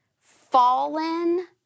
fallen